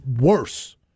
worse